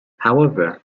however